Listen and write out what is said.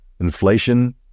inflation